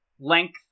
length